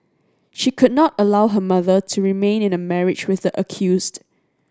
she could not allow her mother to remain in a marriage with the accused